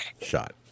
shot